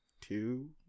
two